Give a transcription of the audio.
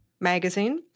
magazine